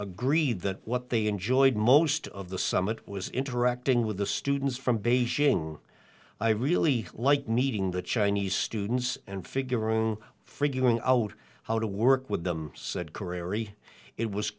agreed that what they enjoyed most of the summit was interacting with the students from beijing i really like meeting the chinese students and figuring figuring out how to work with them said